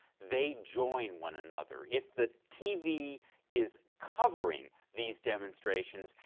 they join one another. if the tv is covering these demonstrations,